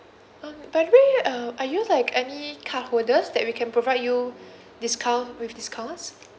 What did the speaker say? um by the way uh are you like any card holders that we can provide you discount with discounts